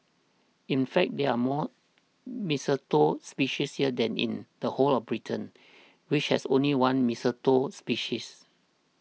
in fact there are more mistletoe species here than in the whole of Britain which has only one mistletoe species